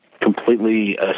completely